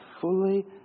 fully